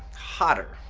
hotter.